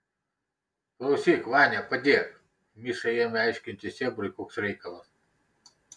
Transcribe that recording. klausyk vania padėk miša ėmė aiškinti sėbrui koks reikalas